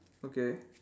okay